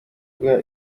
guha